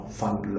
fund